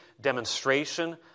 demonstration